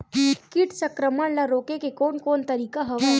कीट संक्रमण ल रोके के कोन कोन तरीका हवय?